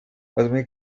hazme